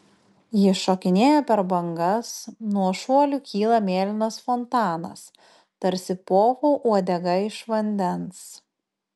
ji šokinėja per bangas nuo šuolių kyla mėlynas fontanas tarsi povo uodega iš vandens